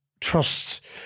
trust